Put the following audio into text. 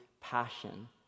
passion